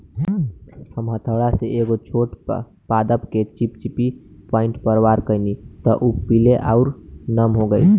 हम हथौड़ा से एगो छोट पादप के चिपचिपी पॉइंट पर वार कैनी त उ पीले आउर नम हो गईल